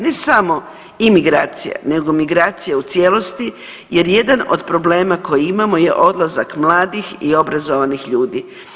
Ne samo imigracija nego migracija u cijelosti jer jedan od problema koji imamo je odlazak mladih i obrazovanih ljudi.